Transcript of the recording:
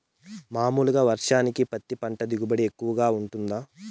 మామూలుగా వర్షానికి పత్తి పంట దిగుబడి ఎక్కువగా గా వుంటుందా?